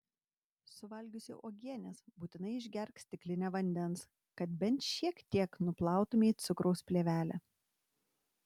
suvalgiusi uogienės būtinai išgerk stiklinę vandens kad bent šiek tiek nuplautumei cukraus plėvelę